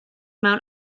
mewn